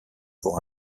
pour